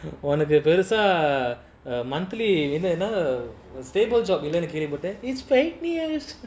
உனக்குபெருசா:unaku perusa monthly என்னஎன்ன:ennena stable job இல்லனுகேள்விப்பட்டேன்:illanu kelvipaten it's fake news